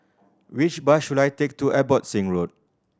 which bus should I take to Abbotsingh Road